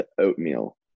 oatmeal